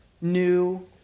new